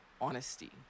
honesty